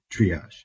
triage